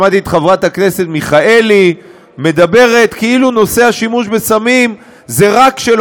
שמעתי את חברת הכנסת מיכאלי מדברת כאילו נושא השימוש בסמים זה רק של